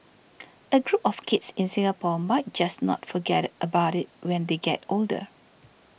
a group of kids in Singapore might just not forget about it when they get older